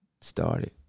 started